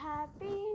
Happy